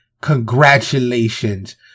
congratulations